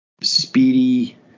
speedy